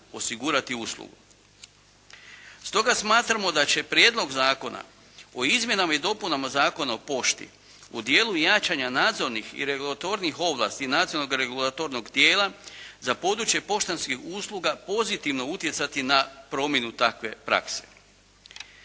osigurati uslugu. Stoga smatramo da će Prijedlog zakona o izmjenama i dopunama Zakona o pošti u dijelu jačanja nadzornih i regulatornih ovlasti nadzornog regulatornog tijela za područje poštanskih usluga pozitivno utjecati na promjenu takve prakse.